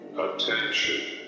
Attention